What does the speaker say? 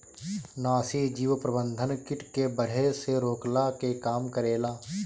नाशीजीव प्रबंधन किट के बढ़े से रोकला के काम करेला